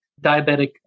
diabetic